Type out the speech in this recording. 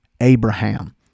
Abraham